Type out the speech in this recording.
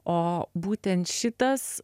o būtent šitas